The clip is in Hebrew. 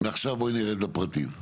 מעכשיו בואי נרד לפרטים.